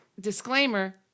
disclaimer